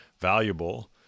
valuable